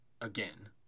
again